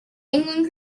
england